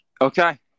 Okay